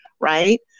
right